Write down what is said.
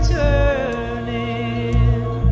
turning